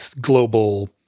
global